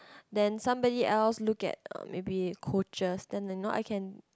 then somebody else look at uh maybe coaches then you know I can